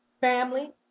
family